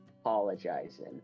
apologizing